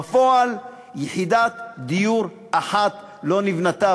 בפועל יחידת דיור אחת לא נבנתה.